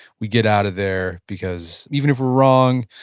we get out of there because even if we're wrong,